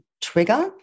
trigger